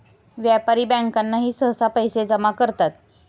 व्यापारी बँकाही सहसा पैसे जमा करतात